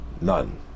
None